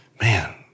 Man